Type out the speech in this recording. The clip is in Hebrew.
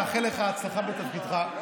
אאחל לך הצלחה בתפקידך,